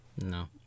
No